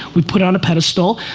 we put on a pedestal.